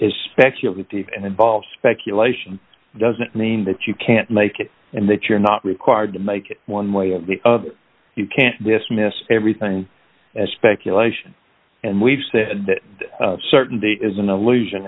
is speculative and involved speculation doesn't mean that you can't make it and that you're not required to make it one way or the you can't dismiss everything as speculation and we've said that certain date is an illusion